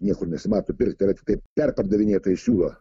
niekur nesimato pirkt tėra tikrai perpardavinėtojai siūlo